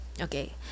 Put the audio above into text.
Okay